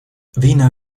wiener